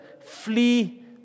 flee